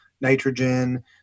nitrogen